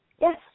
Yes